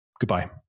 Goodbye